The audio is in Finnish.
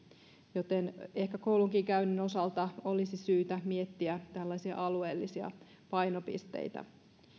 joten ehkä koulunkäynninkin osalta olisi syytä miettiä tällaisia alueellisia painopisteitä